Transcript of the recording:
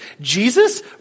Jesus